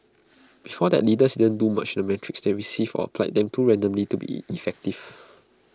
before that leaders didn't do much with the metrics they received or applied them too randomly to be effective